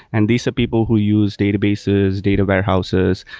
and these are people who use databases, data warehouses,